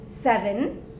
Seven